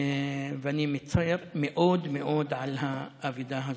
ואני מצר מאוד מאוד על האבדה הזאת.